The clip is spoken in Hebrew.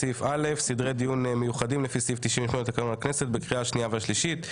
סדרי דיון מיוחדים לפי סעיף 98 לתקנון הכנסת בקריאה השנייה והשלישית,